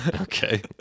Okay